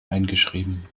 eingeschrieben